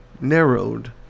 narrowed